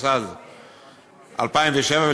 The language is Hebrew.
התשס"ז 2007,